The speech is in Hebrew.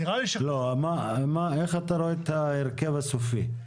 איך אתה רואה את ההרכב הסופי?